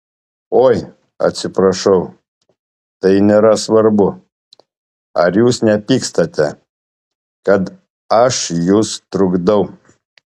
oi atsiprašau tai nėra svarbu ar jūs nepykstate kad aš jus trukdau